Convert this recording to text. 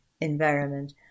environment